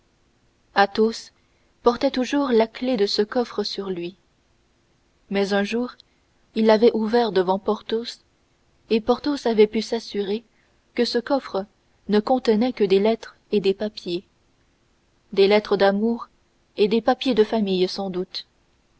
garniture athos portait toujours la clef de ce coffre sur lui mais un jour il l'avait ouvert devant porthos et porthos avait pu s'assurer que ce coffre ne contenait que des lettres et des papiers des lettres d'amour et des papiers de famille sans doute